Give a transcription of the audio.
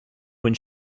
when